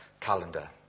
calendar